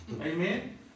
amen